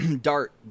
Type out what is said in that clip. Dart